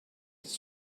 its